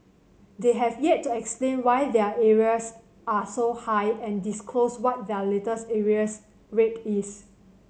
they have yet to explain why their arrears are so high and disclose what their latest arrears rate is